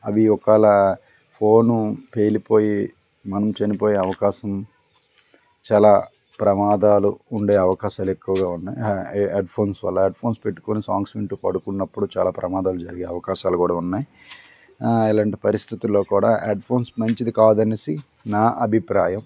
అవి ఒకవేళ ఫోన్ పేలిపోయి మనం చనిపోయే అవకాశం చాలా ప్రమాదాలు ఉండే అవకాశాలు ఎక్కువగా ఉన్నాయి హెడ్ ఫోన్స్ వల్ల హెడ్ ఫోన్స్ పెట్టుకొని సాంగ్స్ వింటూ పడుకున్నప్పుడు చాలా ప్రమాదాలు జరిగే అవకాశాలు కూడా ఉన్నాయి ఇలాంటి పరిస్థితుల్లో కూడా హెడ్ ఫోన్స్ మంచిది కాదనేసి నా అభిప్రాయం